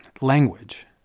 language